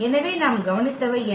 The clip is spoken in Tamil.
எனவே நாம் கவனித்தவை என்ன